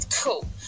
Cool